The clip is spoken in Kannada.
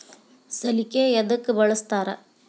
ಸಲಿಕೆ ಯದಕ್ ಬಳಸ್ತಾರ?